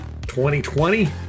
2020